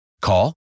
Call